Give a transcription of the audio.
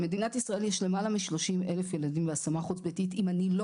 במדינת ישראל יש למעלה מ-30 אלף ילדים בהשמה חוץ-ביתית אם אני לא